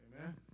Amen